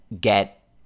get